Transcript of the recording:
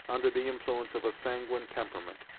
under the influence of a sanguine temperament,